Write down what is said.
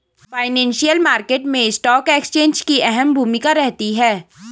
financial market मैं stock exchange की अहम भूमिका रहती है